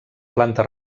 planta